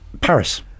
Paris